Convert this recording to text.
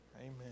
Amen